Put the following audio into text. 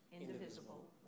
indivisible